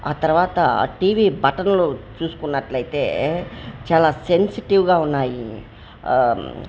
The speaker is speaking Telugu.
ఆ తరువాత ఆ టీవీ బటన్లు చూసుకున్నట్లయితే చాలా సెన్సిటివ్గా ఉన్నాయి